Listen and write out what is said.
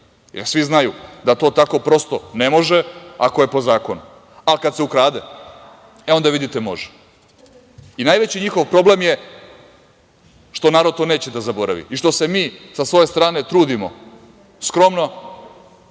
Jer, svi znaju da to tako ne može, ako je po zakonu. Ali, kad se ukrade, onda, vidite, može. Najveći njihov problem je što narod to neće da zaboravi i što se mi sa svoje strane trudimo, skromno,